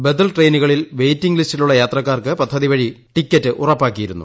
ബദൽ ട്രെയിനുകളിൽ വെയിറ്റിംഗ് ലിസ്റ്റിലുള്ള യാത്രക്കാർക്ക് പദ്ധതി വഴി ടിക്കറ്റ് ഉറപ്പാക്കിയിരുന്നു